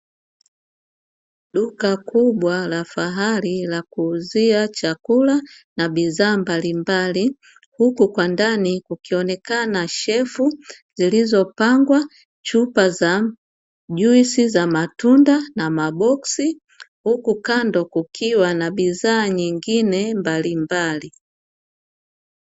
Duka kubwa la fahari la kuuzia chakula na bidhaa mbalimbali. Huku kwa ndani kukionekana shafu zilizopangwa, chupa za juisi za matunda na maboksi. Huko kando kukiwa na bidhaa nyingine mbalimbali.